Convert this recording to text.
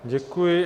Děkuji.